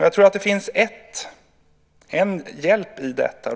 Jag tror att det finns en hjälpsam sak i detta.